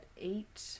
eight